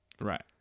Right